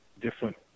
different